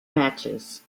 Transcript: matches